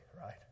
right